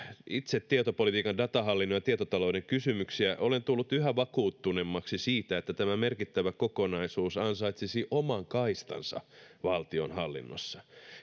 itse pohtinut tietopolitiikan datahallinnon ja tietotalouden kysymyksiä olen tullut yhä vakuuttuneemmaksi siitä että tämä merkittävä kokonaisuus ansaitsisi oman kaistansa valtionhallinnossa